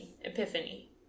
Epiphany